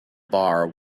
bar